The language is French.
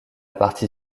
partie